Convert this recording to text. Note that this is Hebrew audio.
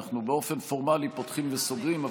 אנחנו באופן פורמלי פותחים וסוגרים,